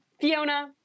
Fiona